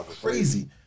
Crazy